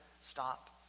stop